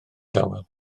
dawel